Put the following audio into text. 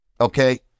Okay